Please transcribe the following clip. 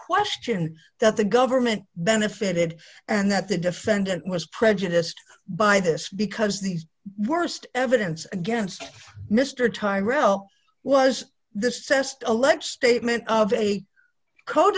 question that the government benefited and that the defendant was prejudiced by this because the worst evidence against mr tyrrell was the sest elect statement of a code